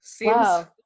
Wow